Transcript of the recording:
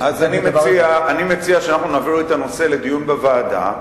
אני מציע שאנחנו נעביר את הנושא לדיון בוועדה,